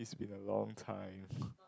in a long time